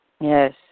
Yes